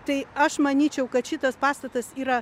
tai aš manyčiau kad šitas pastatas yra